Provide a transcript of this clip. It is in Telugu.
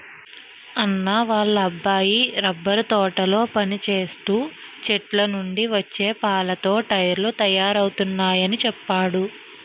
అన్నా వాళ్ళ అబ్బాయి రబ్బరు తోటలో పనిచేస్తూ చెట్లనుండి వచ్చే పాలతో టైర్లు తయారవుతయాని చెప్పేడు